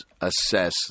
assess